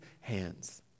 hands